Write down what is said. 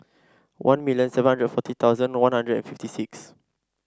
one million seven hundred forty thousand One Hundred and fifty six